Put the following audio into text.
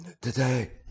today